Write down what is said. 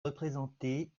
représentée